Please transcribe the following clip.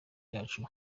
cyacu